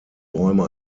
bäume